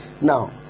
Now